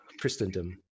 Christendom